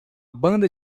banda